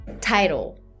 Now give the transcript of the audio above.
title